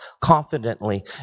confidently